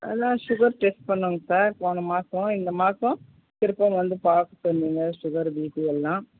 எல்லா sugar test பண்ணோங்க sir போன மாசம் இந்த மாசம் திருப்பியும் வந்து பார்க்க சொன்னிங்க சுகர் பீபி எல்லாம்